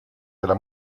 della